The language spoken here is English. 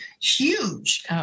huge